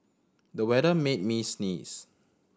the weather made me sneeze